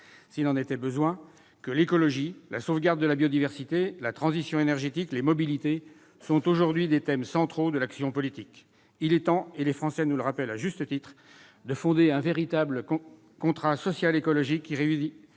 s'il en était besoin : l'écologie, la sauvegarde de la biodiversité, la transition énergétique, les mobilités, sont aujourd'hui des thèmes centraux de l'action politique. Il est temps, et les Français nous le rappellent à juste titre, de fonder un véritable contrat social-écologique qui réconcilie